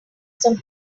some